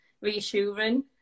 reassuring